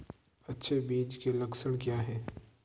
अच्छे बीज के लक्षण क्या हैं?